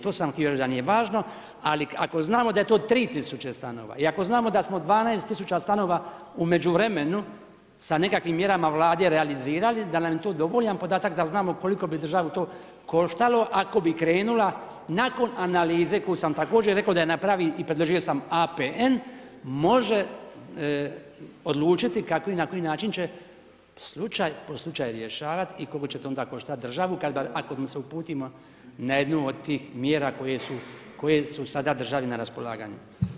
To sam htio reći da nije važno Ali ako znamo da je to 3000 stanova i ako znamo da smo 12000 stanova u međuvremenu sa nekakvim mjerama Vlade realizirali, da nam je to dovoljan podatak da znamo koliko bi državu to koštalo ako bi krenula nakon analize koju sam također rekao da je napravi i predložio sam APN može odlučiti kako i na koji način će slučaj po slučaj rješavati i koliko će to onda koštati državu ako se uputimo na jednu od tih mjera koje su sada državi na raspolaganju.